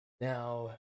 Now